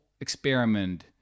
experiment